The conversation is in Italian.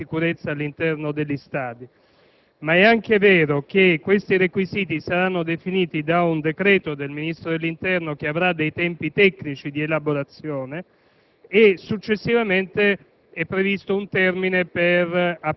prevede dei requisiti per coloro che svolgeranno attività di sicurezza all'interno degli stadi, ma è anche vero che questi requisiti saranno definiti da un decreto del Ministro dell'interno che avrà dei tempi tecnici di elaborazione